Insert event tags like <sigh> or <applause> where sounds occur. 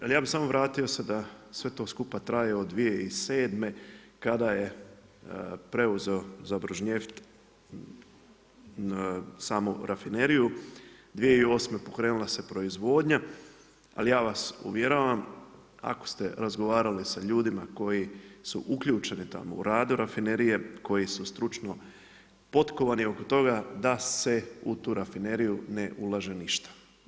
Ali ja bi samo vratio se da sve to skupa traje od 2007. kada je preuzeto … <unintelligible> samu rafineriju, 2008. pokrenula se proizvodnja, ali ja vas uvjeravam, ako ste razgovarali sa ljudima koji su uključeni tamo, u radu rafinerije, koji su stručno potkovani oko toga, da se u tu rafineriju ne ulaže ništa.